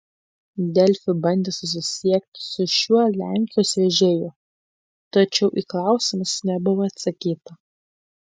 delfi bandė susisiekti su šiuo lenkijos vežėju tačiau į klausimus nebuvo atsakyta